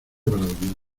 bradomín